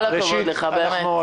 כל הכבוד לך, באמת.